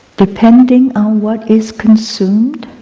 depending on what is consumed,